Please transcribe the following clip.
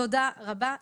תודה רבה.